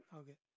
okay